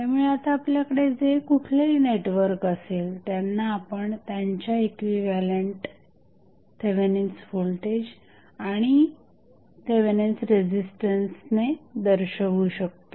त्यामुळे आता आपल्याकडे जे कुठलेही नेटवर्क असेल त्यांना आपण त्यांच्या इक्विव्हॅलंट थेवेनिन्स व्होल्टेज आणि थेवेनिन्स रेझिस्टन्सने दर्शवू शकतो